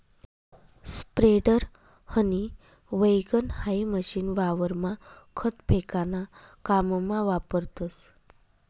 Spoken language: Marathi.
स्प्रेडर, हनी वैगण हाई मशीन वावरमा खत फेकाना काममा वापरतस